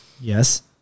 yes